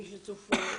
למי שצופה,